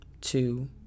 two